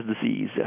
disease